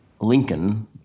Lincoln